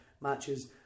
matches